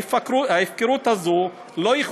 ההפקרות הזאת לא יכולה להימשך.